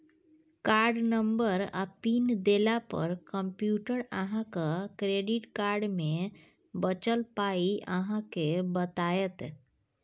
card number आ pin देला पर कंप्यूटर अहाँक क्रेडिट कार्ड मे बचल पाइ अहाँ केँ बताएत